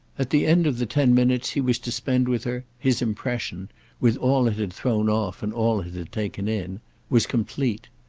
at the end of the ten minutes he was to spend with her his impression with all it had thrown off and all it had taken in was complete.